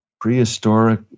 prehistoric